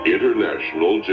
International